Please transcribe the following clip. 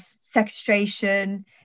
sequestration